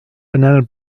banana